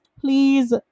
please